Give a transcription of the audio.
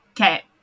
Okay